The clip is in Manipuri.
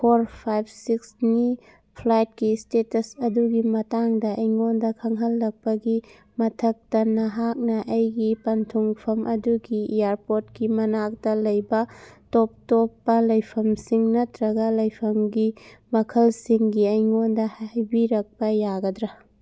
ꯐꯣꯔ ꯐꯥꯏꯕ ꯁꯤꯛꯁꯅꯤ ꯐ꯭ꯂꯥꯏꯠꯀꯤ ꯏꯁꯇꯦꯇꯁ ꯑꯗꯨꯒꯤ ꯃꯇꯥꯡꯗ ꯑꯩꯉꯣꯟꯗ ꯈꯪꯍꯜꯂꯛꯄꯒꯤ ꯃꯊꯛꯇ ꯃꯍꯥꯛꯅ ꯑꯩꯒꯤ ꯄꯟꯊꯨꯡꯐꯝ ꯑꯗꯨꯒꯤ ꯏꯌꯥꯔꯄꯣꯔꯠꯀꯤ ꯃꯅꯥꯛꯇ ꯂꯩꯕ ꯇꯣꯞ ꯇꯣꯞꯄ ꯂꯩꯐꯝꯁꯤꯡ ꯅꯠꯇ꯭ꯔꯒ ꯂꯩꯐꯝꯒꯤ ꯃꯈꯜꯁꯤꯡꯒꯤ ꯑꯩꯉꯣꯟꯗ ꯍꯥꯏꯕꯤꯔꯛꯄ ꯌꯥꯒꯗ꯭ꯔꯥ